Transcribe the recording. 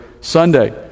Sunday